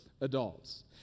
adults